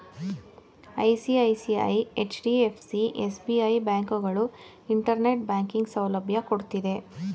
ICICI, HDFC, SBI, ಬ್ಯಾಂಕುಗಳು internet banking ಸೌಲಭ್ಯ ಕೊಡ್ತಿದ್ದೆ